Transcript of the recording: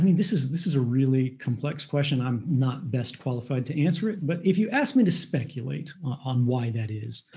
i mean, this is this is a really complex question. i'm not best qualified to answer it. but if you ask me to speculate on why that is,